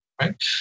right